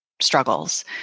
struggles